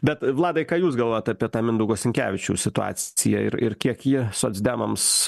bet vladai ką jūs galvojae apie tą mindaugo sinkevičiaus situaciją ir ir kiek ji socdemams